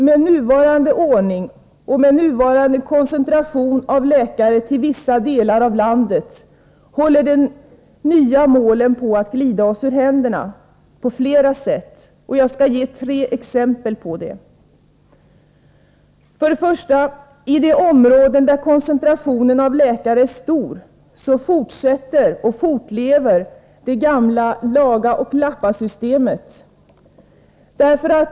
Med nuvarande ordning och med nuvarande koncentration av läkare till vissa delar av landet håller de nya målen på att glida oss ur händerna på flera sätt. Jag skall ge tre exempel på detta. 1. I de områden där koncentrationen av läkare är stor fortlever det gamla laga-och-lappa-systemet.